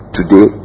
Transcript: today